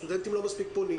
וסטודנטים לא מספיק פונים.